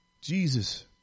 Jesus